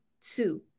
Two